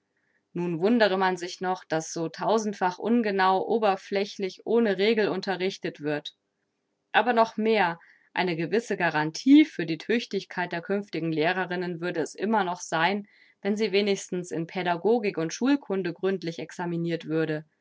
nun wundere man sich noch daß so tausendfach ungenau oberflächlich ohne regel unterrichtet wird aber noch mehr eine gewisse garantie für die tüchtigkeit der künftigen lehrerin würde es immer noch sein wenn sie wenigstens in pädagogik und schulkunde gründlich examinirt würde